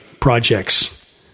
projects